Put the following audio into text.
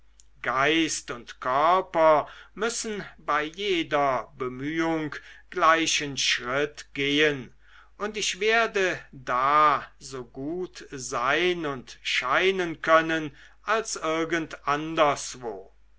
geist und körper müssen bei jeder bemühung gleichen schritt gehen und ich werde da so gut sein und scheinen können als irgend anderswo